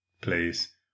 place